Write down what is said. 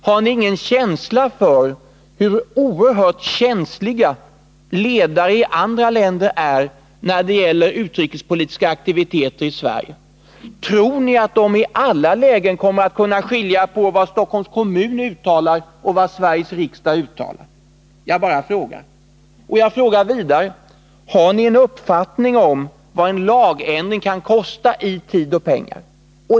Har ni ingen föreställning om hur oerhört känsliga ledare i andra länder är när det gäller utrikespoli 11 tiska aktiviteter i Sverige? Tror ni att de i alla lägen kommer att kunna skilja på vad Stockholms kommun uttalar och vad Sveriges riksdag uttalar? Jag frågar vidare: Har ni en uppfattning om vad en lagändring kan kosta i tid och pengar?